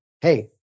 Hey